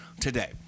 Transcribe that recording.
today